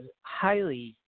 highly